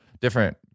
different